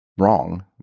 wrong